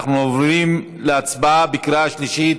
אנחנו עוברים להצבעה בקריאה שלישית.